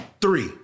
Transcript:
three